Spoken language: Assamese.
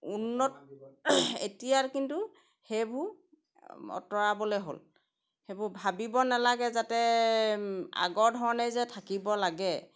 উন্নত এতিয়াৰ কিন্তু সেইবোৰ অঁতৰাবলৈ হ'ল সেইবোৰ ভাবিব নালাগে যাতে আগৰ ধৰণেই যে থাকিব লাগে